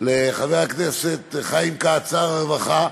לחבר הכנסת חיים כץ, שר הרווחה,